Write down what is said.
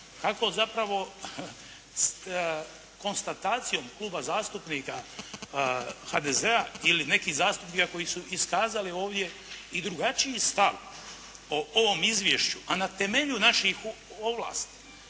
kako zapravo konstatacijom Kluba zastupnika HDZ-a ili nekih zastupnika koji su iskazali ovdje i drugačiji stav o ovom izvješću, a na temelju naših ovlasti,